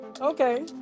Okay